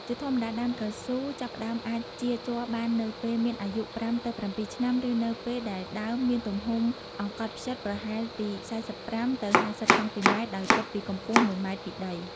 ជាធម្មតា ដើមកៅស៊ូចាប់ផ្តើមអាចចៀរជ័របាននៅពេលមានអាយុ ៥ ទៅ ៧ ឆ្នាំ ឬនៅពេលដែលដើមមានទំហំអង្កត់ផ្ចិតប្រហែលពី ៤៥ ទៅ ៥០ សង់ទីម៉ែត្រដោយគិតពីកម្ពស់ ១ ម៉ែត្រពីដី។